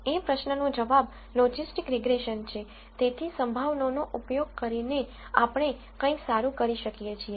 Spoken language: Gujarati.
એ પ્રશ્ન નો જવાબ લોજિસ્ટિક્સ રીગ્રેસન છે તેથી સંભાવનાઓનો ઉપયોગ કરીને આપણે કંઈક સારું કરી શકીએ છીએ